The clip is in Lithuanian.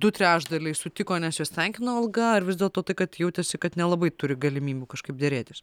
du trečdaliai sutiko nes juos tenkino alga ar vis dėlto tai kad jautėsi kad nelabai turi galimybių kažkaip derėtis